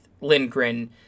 Lindgren